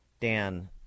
Dan